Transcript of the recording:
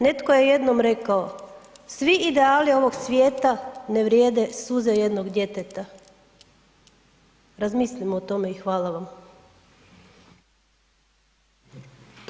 Netko je jednom rekao „Svi ideali ovog svijeta ne vrijede suze jednog djeteta“, razmislimo o tome i hvala vam.